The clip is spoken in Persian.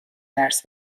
درس